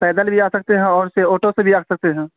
پیدل بھی آ سکتے ہیں اور سے آٹو سے بھی آ سکتے ہیں